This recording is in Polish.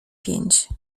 pięć